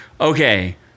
Okay